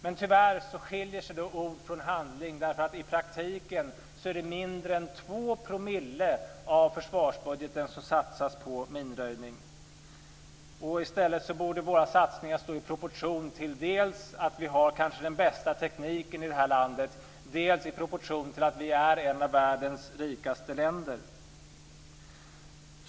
Men tyvärr skiljer sig ord från handling. I praktiken är det nämligen mindre än 2 % av försvarsbudgeten som satsas på minröjning. I stället borde våra satsningar stå i proportion dels till att vi kanske har den bästa tekniken i det här landet, dels till att vi är ett av världens rikaste länder.